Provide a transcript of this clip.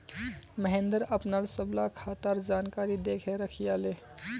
महेंद्र अपनार सबला खातार जानकारी दखे रखयाले